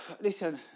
Listen